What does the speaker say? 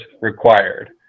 required